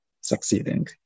succeeding